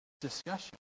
discussion